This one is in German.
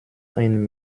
ein